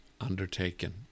undertaken